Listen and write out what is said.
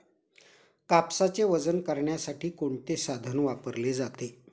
कापसाचे वजन करण्यासाठी कोणते साधन वापरले जाते?